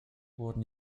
wurden